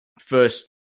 first